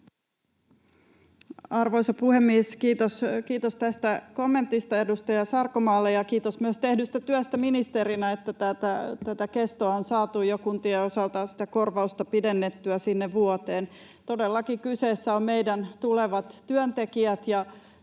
Arvoisa puhemies! Kiitos tästä kommentista edustaja Sarkomaalle ja kiitos myös tehdystä työstä ministerinä, niin että tämän korvauksen kestoa on saatu jo kuntien osalta pidennettyä sinne vuoteen. Todellakin kyseessä ovat meidän tulevat työntekijät